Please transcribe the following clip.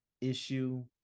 issue